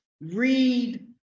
read